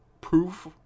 proof